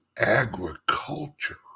agriculture